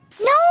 No